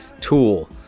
tool